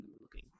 looking